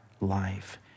life